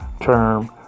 term